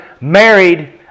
married